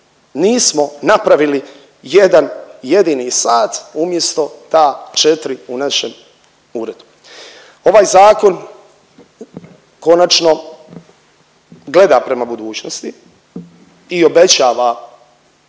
nismo napravili jedan jedini sat umjesto ta četiri u našem uredu. Ovaj zakon konačno gleda prema budućnosti i obećava